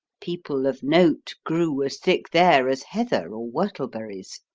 people of note grew as thick there as heather or whortleberries.